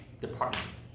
departments